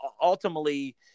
ultimately –